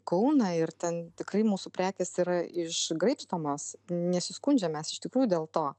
kauną ir ten tikrai mūsų prekės yra išgraibstomos nesiskundžiam mes iš tikrųjų dėl to